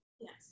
Yes